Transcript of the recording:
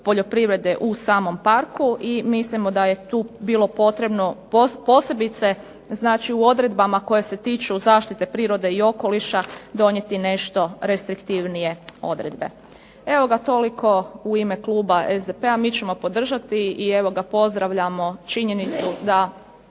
poljoprivrede u samom parku i mislimo da je tu bilo potrebno, posebice u odredbama koje se tiču zaštite prirode i okoliša donijeti nešto restriktivnije odredbe. Evo, toliko u ime Kluba SDP-a mi ćemo podržati i pozdravljamo činjenicu da